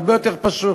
הרבה יותר פשוט.